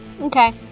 Okay